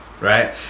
right